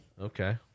Okay